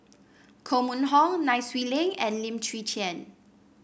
Koh Mun Hong Nai Swee Leng and Lim Chwee Chian